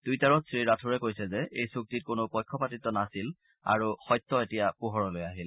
টুইটাৰত শ্ৰীৰাথোড়ে কৈছে যে এই চুক্তিত কোনো পক্ষপাতিত্ব নাছিল আৰু সত্য এতিয়া পোহৰলৈ আহিল